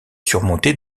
surmontée